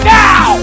now